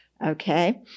Okay